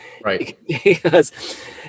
Right